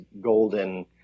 golden